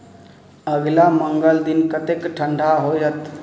अगिला मङ्गल दिन कतेक ठण्डा होयत